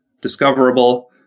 discoverable